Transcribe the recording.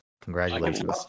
Congratulations